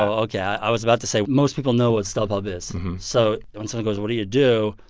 ok yeah i was about to say, most people know what stubhub is. so when someone goes, what do you do?